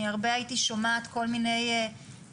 אני הרבה הייתי שומעת כל מיני התנצחויות,